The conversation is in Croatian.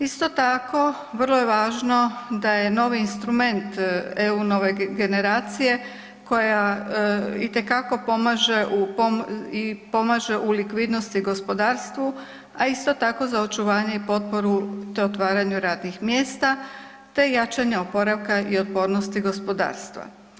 Isto tako vrlo je važno da je novi instrument EU Nove generacije koja pomaže u likvidnosti gospodarstvu, a isto tako za očuvanje i potporu te otvaranju radnih mjesta te jačanja oporavka i otpornosti gospodarstva.